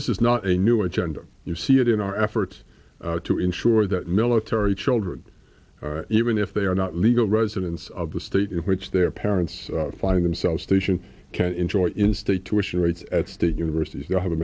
this is not a new agenda you see it in our efforts to ensure that military children even if they are not legal residents of the state in which their parents finding themselves station can enjoy in state tuition rates at state universities they'll have